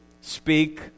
speak